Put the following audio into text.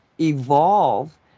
evolve